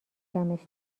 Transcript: شکمش